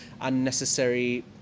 unnecessary